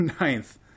Ninth